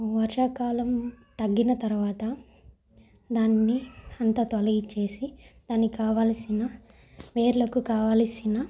వర్షాకాలం తగ్గిన తర్వాత దాన్నిఅంతా తొలగిచ్చేసి దానిక్కావలసిన వేర్లకు కావలసిన